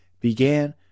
began